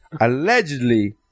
allegedly